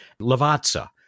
Lavazza